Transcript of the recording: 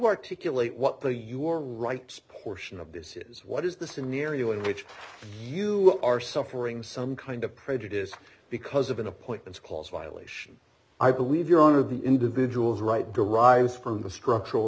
articulate what the your rights portion of this is what is the scenario in which you are suffering some kind of prejudice because of an appointment because violation i believe your honor the individual's right derives from the structural